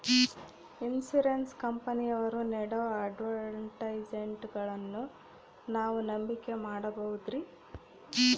Insurance ಕಂಪನಿಯವರು ನೇಡೋ ಅಡ್ವರ್ಟೈಸ್ಮೆಂಟ್ಗಳನ್ನು ನಾವು ನಂಬಿಕೆ ಮಾಡಬಹುದ್ರಿ?